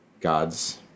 God's